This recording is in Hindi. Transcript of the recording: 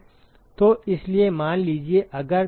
तो इसलिए मान लीजिए अगर